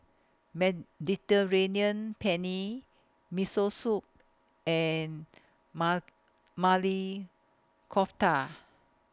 Mediterranean Penne Miso Soup and Maili Kofta